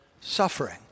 suffering